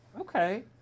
Okay